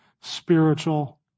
spiritual